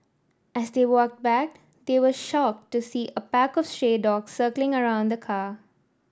as they walked back they were shocked to see a pack of stray dogs circling around the car